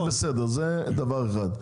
זה בסדר, זה דבר אחד.